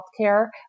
healthcare